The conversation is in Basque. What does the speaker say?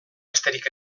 besterik